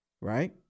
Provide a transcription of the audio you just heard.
Right